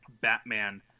Batman